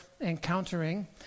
encountering